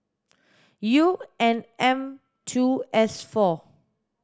U N M two S four